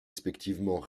respectivement